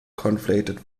conflated